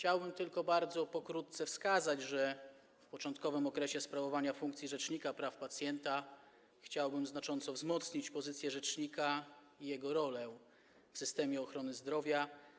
Pragnę bardzo pokrótce wskazać, że w początkowym okresie sprawowania funkcji rzecznika praw pacjenta chciałbym znacząco wzmocnić pozycję rzecznika i jego rolę w systemie ochrony zdrowia.